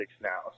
now